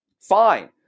Fine